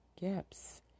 gaps